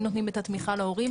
אם נותנים את התמיכה להורים,